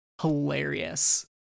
hilarious